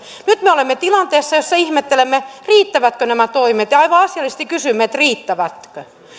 nyt me olemme tilanteessa jossa ihmettelemme riittävätkö nämä toimet ja aivan asiallisesti kysymme että riittävätkö